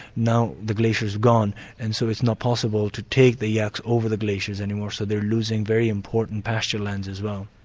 now the glacier's gone and so it's not possible to take the yaks over the glaciers any more. so they're losing very important pasture lands as well.